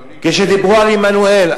כשדיברו על עמנואל,